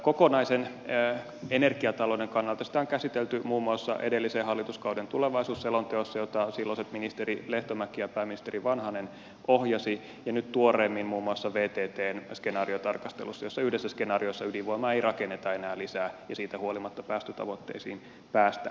kokonaisen energiatalouden kannalta sitä on käsitelty muun muassa edellisen hallituskauden tulevaisuusselonteossa jota silloiset ministeri lehtomäki ja pääministeri vanhanen ohjasivat ja nyt tuoreemmin muun muassa vttn skenaariotarkastelussa jossa yhdessä skenaariossa ydinvoimaa ei rakenneta enää lisää ja siitä huolimatta päästötavoitteisiin päästään